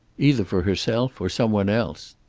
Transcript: either for herself or some one else.